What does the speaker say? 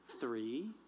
three